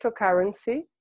cryptocurrency